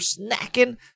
snacking